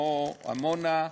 כמו עמונה,